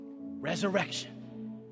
Resurrection